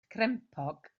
crempog